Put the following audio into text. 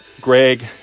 Greg